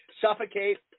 suffocate